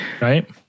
right